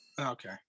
okay